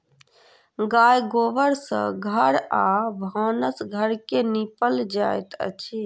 गाय गोबर सँ घर आ भानस घर के निपल जाइत अछि